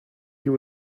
you